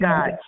God